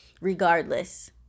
regardless